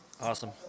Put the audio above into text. Awesome